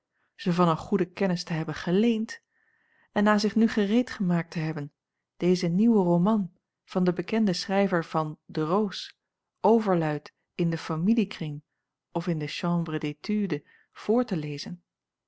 van een goede kennis te hebben geleend en na zich nu gereedgemaakt te hebben dezen nieuwen roman van den bekenden schrijver van de roos overluid in den familiekring of in de chambre d'étude voor te lezen